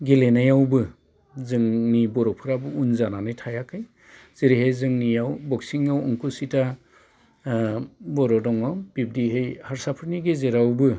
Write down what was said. गेलेनायावबो जोंनि बर'फ्राबो उन जानानै थायाखै जेरैहाय जोंनियाव बक्सिंआव बर'आव अंखुसिथा बर' दङ बिबदिहै हारसाफोरनि गेजेरावबो